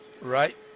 Right